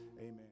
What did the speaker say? Amen